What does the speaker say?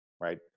right